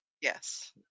Yes